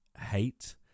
hate